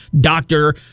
doctor